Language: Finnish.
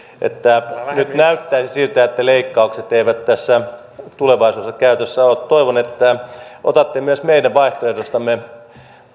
että nyt näyttäisi siltä että leikkaukset eivät tässä tulevaisuudessa käytössä ole toivon että otatte myös meidän vaihtoehdostamme